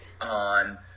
on